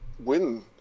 Win